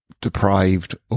deprived